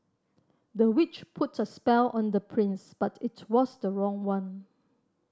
the witch put a spell on the prince but it was the wrong one